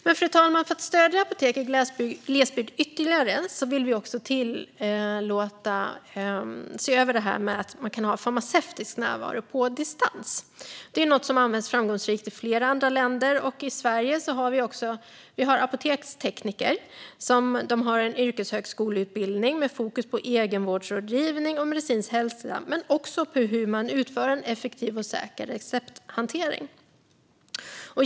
Men, fru talman, för att stödja apotek i glesbygd ytterligare vill vi också se över detta med farmaceutisk närvaro på distans, något som används framgångsrikt i flera andra länder. I Sverige har vi apotekstekniker, som har en yrkeshögskoleutbildning med fokus på egenvårdsrådgivning och medicinsk hälsa men också på effektiv och säker recepthantering.